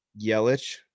Yelich